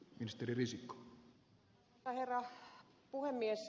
arvoisa herra puhemies